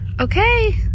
okay